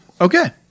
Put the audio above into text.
Okay